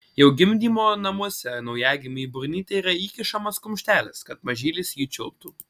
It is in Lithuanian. jau gimdymo namuose naujagimiui į burnytę yra įkišamas kumštelis kad mažylis jį čiulptų